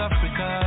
Africa